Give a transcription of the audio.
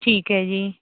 ਠੀਕ ਹੈ ਜੀ